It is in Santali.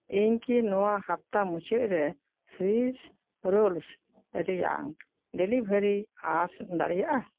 ᱤᱧ ᱠᱤ ᱱᱚᱣᱟ ᱦᱟᱯᱛᱟ ᱢᱩᱪᱟᱹᱫ ᱨᱮ ᱥᱩᱭᱤᱥ ᱨᱳᱞᱥ ᱨᱮᱭᱟᱜ ᱰᱮᱞᱤᱵᱷᱟᱨᱤ ᱟᱥ ᱫᱟᱲᱮᱭᱟᱜᱼᱟ